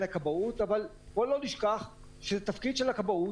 הכבאות אבל בואו לא נשכח שזה תפקיד הכבאות.